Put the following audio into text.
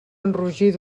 enrogir